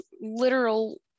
literal